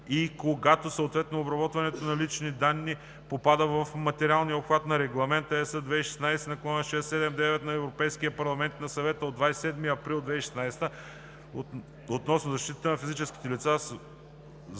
и когато съответното обработване на лични данни попада в материалния обхват на Регламент (ЕС) 2016/679 на Европейския парламент и на Съвета от 27 април 2016 г. относно защитата на физическите лица